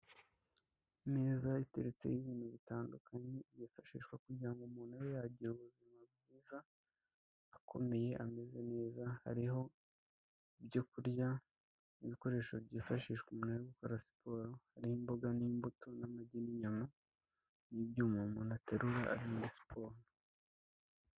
Imeza iteretseho ibintu bitandukanye, yifashishwa kugira ngo umuntu abe yagira ubuzima bwiza, akomeye, ameze neza, hariho ibyo kurya n'ibikoresho byifashishwa mu gukora siporo n'imboga n'imbuto n'amagi n'inyama n'iby'umuntu aterura ari muri siporo.